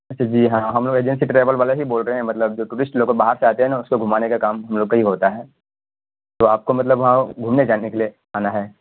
اچھا جی ہاں ہم لوگ ایجنسی ٹرائیول والے ہی بول رہے ہیں مطلب جو ٹورسٹ لوگوں کو باہر سے آتے ہیں نا اس کو گھمانے کا کام ہم لوگ کا ہی ہوتا ہے تو آپ کو مطلب وہاں گھومنے جانے کے لیے آنا ہے